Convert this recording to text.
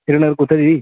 कुत्थै जेही